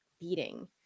beating